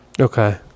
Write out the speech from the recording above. Okay